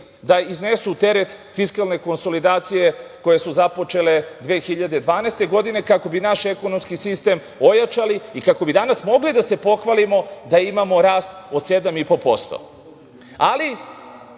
da iznesu teret fiskalne konsolidacije, koje su započele 2012. godine, kako bi naš ekonomski sistem ojačali i kako bi danas mogli da se pohvalimo da imamo rast od 7,5%.Ali,